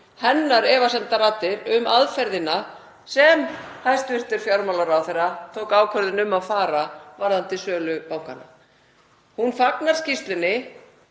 hennar efasemdaraddir um aðferðina sem hæstv. fjármálaráðherra tók ákvörðun um að hafa varðandi sölu bankanna. Hún fagnar skýrslunni,